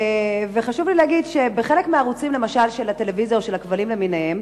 חשוב לי להגיד שחלק מהערוצים של הטלוויזיה או של הכבלים למיניהם,